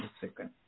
second